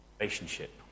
relationship